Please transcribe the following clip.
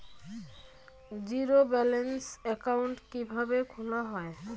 Zero balance account কিভাবে খোলা হয়?